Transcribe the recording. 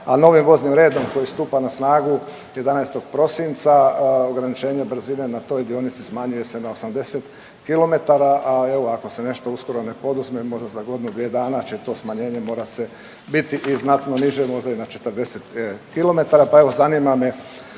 A novim voznim redom koji stupa na snagu 11. prosinca ograničenje brzine na toj dionici smanjuje se na 80 km, a evo ako se nešto uskoro ne poduzme možda za godinu, dvije dana će to smanjenje morati biti i znatno niže, možda i na 40 km.